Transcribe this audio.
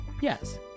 Yes